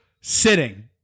sitting